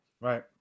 Right